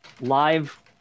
live